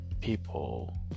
people